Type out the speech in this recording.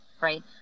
right